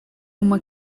uma